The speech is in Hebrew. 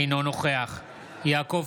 אינו נוכח יעקב